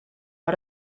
war